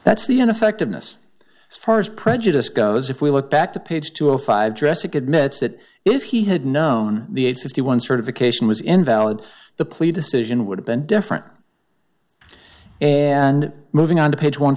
that's the ineffectiveness as far as prejudice goes if we look back to page two of five dress admits that if he had known the age fifty one certification was invalid the plea decision would have been different and moving on to page one